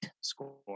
score